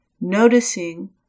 noticing